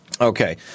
Okay